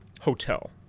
hotel